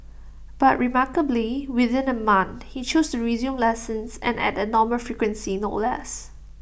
but remarkably within A month he chose to resume lessons and at A normal frequency no less